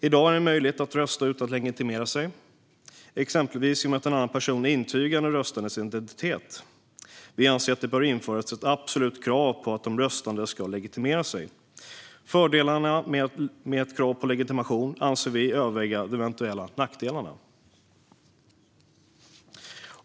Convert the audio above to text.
I dag är det möjligt att rösta utan att legitimera sig, exempelvis genom att en annan person intygar den röstandes identitet. Vi anser att det bör införas ett absolut krav på att de röstande ska legitimera sig. Fördelarna med ett krav på legitimation anser vi överväga de eventuella nackdelarna.